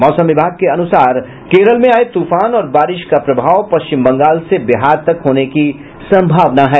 मौसम विभाग के अनुसार केरल में आये तूफान और बारिश का प्रभाव पश्चिम बंगाल से बिहार तक होने की संभावना है